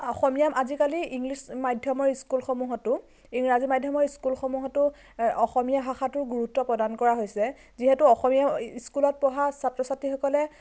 অসমীয়া আজিকালি ইংলিছ মাধ্য়মৰ স্কুলসমূহতো ইংৰাজী মাধ্য়মৰ স্কুলসমূহতো অসমীয়া ভাষাটোৰ গুৰুত্ব প্ৰদান কৰা হৈছে যিহেতু অসমীয়া ইস্কুলত পঢ়া ছাত্ৰ ছাত্ৰীসকলে